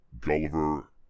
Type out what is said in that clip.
Gulliver